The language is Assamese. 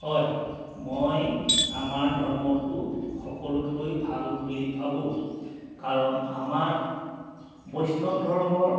হয় মই আমাৰ ধৰ্মটো সকলোতকৈ ভাল বুলি ভাবোঁ কাৰণ আমাৰ বৈষ্ণৱ ধৰ্মৰ